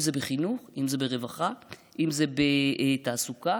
אם זה בחינוך, אם זה ברווחה, אם זה בתעסוקה,